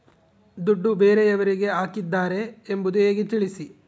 ದುಡ್ಡು ಬೇರೆಯವರಿಗೆ ಹಾಕಿದ್ದಾರೆ ಎಂಬುದು ಹೇಗೆ ತಿಳಿಸಿ?